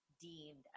deemed